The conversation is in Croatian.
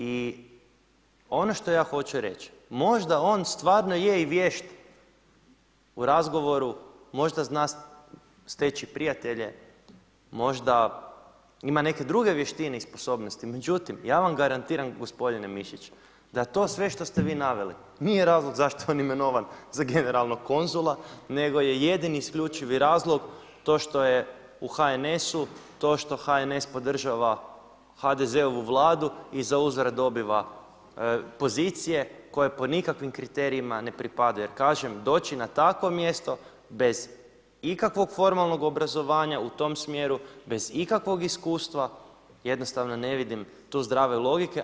I ono što ja hoću reći, možda on stvarno je i vješt u razgovoru, možda zna steći prijatelje, možda ima neke druge vještine i sposobnosti, međutim ja vam garantiram gospodine Mišiću da to sve što ste vi naveli nije razlog zašto je on imenovan za generalnog konzula nego je jedini isključivi razlog to što je u HNS-u, to što HNS podržava HDZ-ovu vladu i zauzvrat dobiva pozicije koje po nikakvim kriterijima ne pripadaju jer kažem, doći na takvo mjesto bez ikakvog formalnog obrazovanja u tom smjeru, bez ikakvog iskustva jednostavno ne vidim tu zdrave logike.